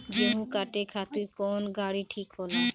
गेहूं काटे खातिर कौन गाड़ी ठीक होला?